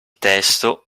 testo